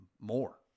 more